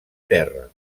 terra